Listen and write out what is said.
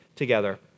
Together